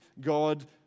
God